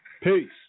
Peace